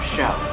Show